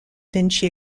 vinci